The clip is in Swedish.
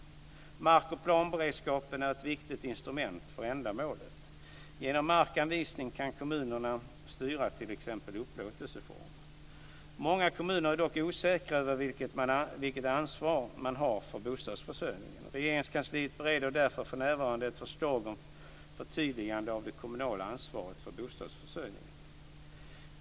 Mark och planberedskapen är ett viktigt instrument för ändamålet. Genom markanvisning kan kommunerna styra t.ex. upplåtelseform. Många kommuner är dock osäkra över vilket ansvar man har för bostadsförsörjningen. Regeringskansliet bereder därför för närvarande ett förslag om förtydligande av det kommunala ansvaret för bostadsförsörjningen.